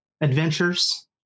adventures